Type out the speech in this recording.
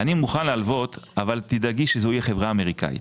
אני מוכן להלוות אבל תדאגי שזה יהיה חברה אמריקאית.